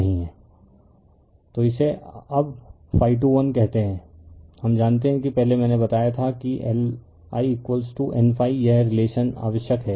refer slide time 1515 तो इसे अब ∅21 कहते हैं हम जानते हैं कि पहले मैंने बताया था कि LI N∅ यह रिलेशन आवश्यक है